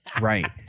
Right